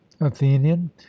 athenian